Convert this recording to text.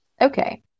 Okay